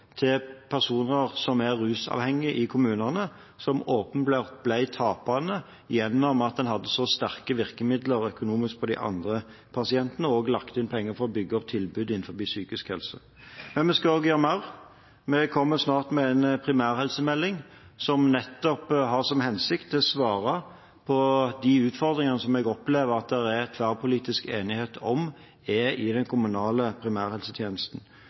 til personer som er rusavhengige i kommunene, som åpenbart ble taperne gjennom at en hadde så sterke virkemidler økonomisk på de andre pasientene. Vi har også lagt inn penger for å bygge opp tilbudet innenfor psykisk helse. Men vi skal gjøre mer. Vi kommer snart med en primærhelsemelding, som nettopp har som hensikt å svare på de utfordringene, som jeg opplever at det er tverrpolitisk enighet om at er i den kommunale primærhelsetjenesten.